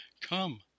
Come